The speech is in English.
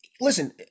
Listen